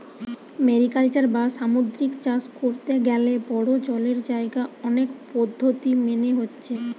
mariculture বা সামুদ্রিক চাষ কোরতে গ্যালে বড়ো জলের জাগায় অনেক পদ্ধোতি মেনে হচ্ছে